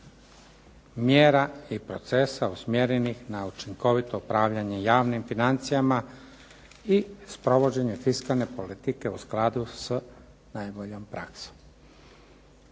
mjera i procesa usmjerenih na učinkovito upravljanje javnim financijama i sprovođenje fiskalne politike u skladu s najboljom praksom.